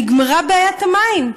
נגמרה בעיית המים,